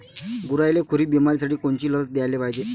गुरांइले खुरी बिमारीसाठी कोनची लस द्याले पायजे?